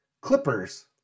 Clippers